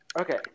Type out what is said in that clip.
Okay